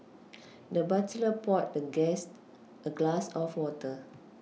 the butler poured the guest a glass of water